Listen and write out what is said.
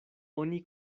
oni